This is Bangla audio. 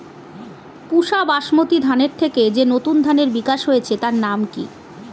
পুসা বাসমতি ধানের থেকে যে নতুন ধানের বিকাশ হয়েছে তার নাম কি?